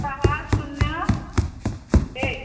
सहा शून्य एक